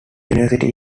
university